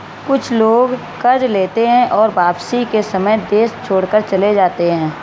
कुछ लोग कर्ज लेते हैं और वापसी के समय देश छोड़कर चले जाते हैं